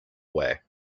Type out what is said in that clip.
way